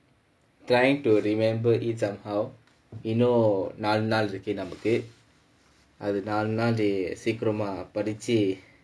trying to remember it somehow you know நாலு நாள் இருக்கு நமக்கு அது நாள் நாலு சீக்கிரமா படிச்சு:naalu naal irukku namakku athu naal naalu seekiramaa padichu